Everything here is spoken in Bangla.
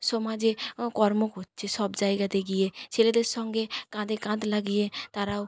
সমাজে কর্ম করছে সব জায়গাতে গিয়ে ছেলেদের সঙ্গে কাঁধে কাঁধ লাগিয়ে তারাও